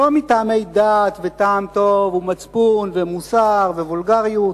לא מטעמי דת וטעם טוב ומצפון ומוסר וולגריות.